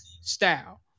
style